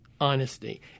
honesty